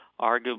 arguably